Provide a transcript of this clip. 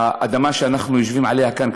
האדמה שאנחנו יושבים עליה כאן,